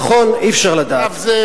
נכון, אי-אפשר לדעת.